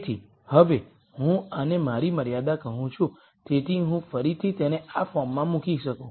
તેથી હવે હું આને મારી મર્યાદા કહું છું તેથી હું ફરીથી તેને આ ફોર્મમાં મૂકી શકું